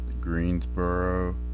Greensboro